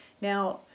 Now